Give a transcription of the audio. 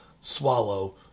swallow